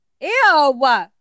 Ew